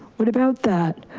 what about that?